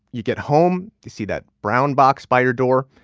you get home, you see that brown box by your door,